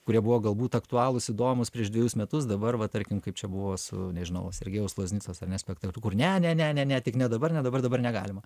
kurie buvo galbūt aktualūs įdomūs prieš dvejus metus dabar va tarkim kaip čia buvo su nežinau sergejaus laznicos ar ne spektakliu kur ne ne ne tik ne dabar ne dabar dabar negalima